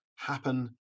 happen